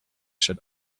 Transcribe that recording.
should